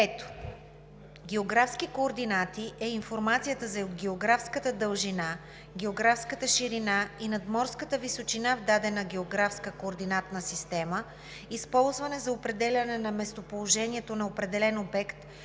5. „Географски координати“ е информацията за географската дължина, географската ширина и надморската височина в дадена географска координатна система, използвана за определяне на местоположението на определен обект